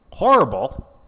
Horrible